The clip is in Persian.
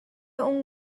اون